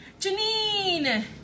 Janine